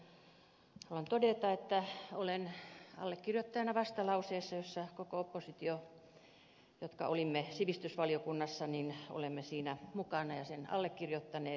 ihan alkuun haluan todeta että olen allekirjoittajana vastalauseessa jossa koko sivistysvaliokunnan oppositio on mukana ja sen allekirjoittanut